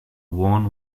warn